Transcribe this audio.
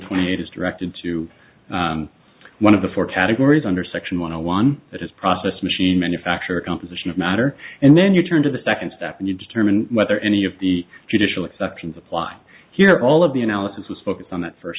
twenty eight is directed to one of the four categories under section one hundred one that is process machine manufactured composition of matter and then you turn to the second step and you determine whether any of the judicial exceptions apply here all of the analysis was focused on that first